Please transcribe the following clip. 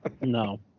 No